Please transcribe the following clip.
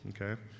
okay